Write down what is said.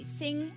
sing